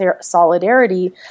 solidarity